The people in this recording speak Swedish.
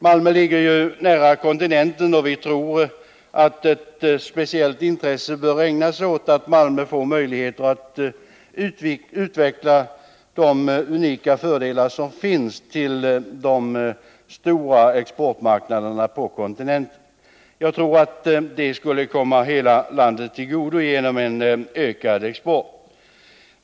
Malmö ligger ju nära kontinenten, och vi tror att ett speciellt intresse bör ägnas åt att Malmö får möjligheter att utveckla de unika fördelar som finns när det gäller de stora exportmarknaderna på kontinenten. Jag tror att detta skulle komma hela landet till godo genom en ökad export.